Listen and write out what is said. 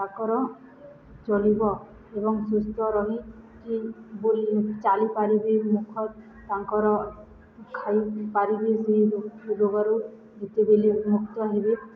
ତାଙ୍କର ଚଳିବ ଏବଂ ସୁସ୍ଥ ରହି କି ବୋଲି ଚାଲିପାରିବେ ମୁଖ ତାଙ୍କର ଖାଇପାରିବେ ସେଇ ରୋଗରୁ ଯେତେବେଳେ ମୁକ୍ତ ହେବେ